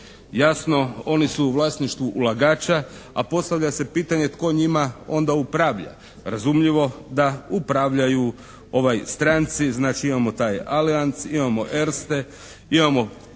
Jasno, oni su u vlasništvu ulagača a postavlja se pitanje tko njima onda upravlja? Razumljivo da upravljaju stranci, znači imamo taj Alliantz, imamo Erste, imamo